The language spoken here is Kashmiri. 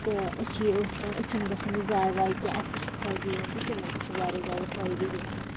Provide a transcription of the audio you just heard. تہٕ أسۍ چھِ یہِ أتھۍ ترٛاوان أسۍ چھِنہٕ یہِ گژھان یہِ ضایہِ وایہِ کیٚنٛہہ اَسہِ ہَے چھُ فٲیدٕ یِوان تہٕ تِمن تہِ چھُ وارِیاہ زیادٕ فٲیدٕ یِوان